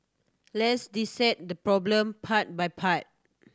let's dissect the problem part by part